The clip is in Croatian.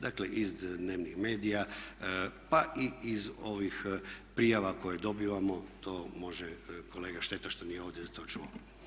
Dakle, iz dnevnih medija pa i iz ovih prijava koje dobivamo to može kolega šteta što nije ovdje to čuo.